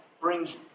brings